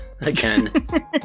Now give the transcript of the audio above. again